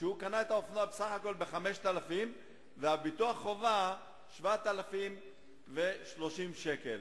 הוא קנה את האופנוע בסך הכול ב-5,000 ש"ח וביטוח החובה הוא 7,030 שקלים.